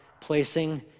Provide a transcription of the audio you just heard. placing